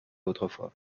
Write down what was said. autrefois